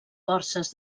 forces